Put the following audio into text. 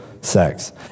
sex